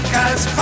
Cause